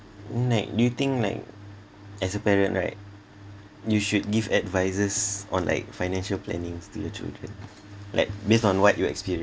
do you think like as a parent right you should give advices on like financial plannings to tne children like based on what you experience